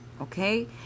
okay